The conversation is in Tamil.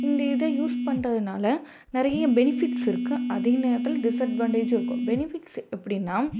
இந்த இதை யூஸ் பண்ணுறதுனால நிறைய பெனிஃபிட்ஸ் இருக்குது அதே நேரத்தில் டிஸ்அட்வான்டேஜும் இருக்கும் பெனிஃபிட்ஸ் எப்படின்னா